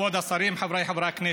כבוד השרים, חבריי חברי הכנסת,